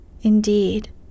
Indeed